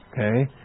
Okay